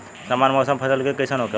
सामान्य मौसम फसल के लिए कईसन होखेला?